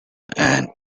and